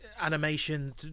animation